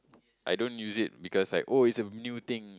I don't use it because I oh it's a new thing